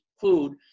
food